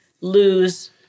lose